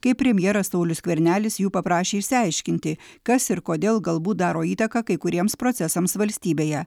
kai premjeras saulius skvernelis jų paprašė išsiaiškinti kas ir kodėl galbūt daro įtaką kai kuriems procesams valstybėje